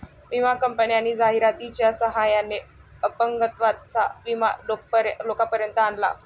विमा कंपन्यांनी जाहिरातीच्या सहाय्याने अपंगत्वाचा विमा लोकांपर्यंत आणला